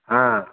ହଁ